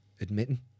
admitting